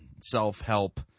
self-help